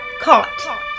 Caught